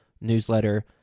newsletter